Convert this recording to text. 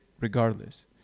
regardless